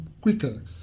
quicker